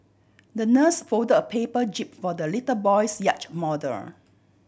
the nurse fold a paper jib for the little boy's yacht model